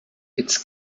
its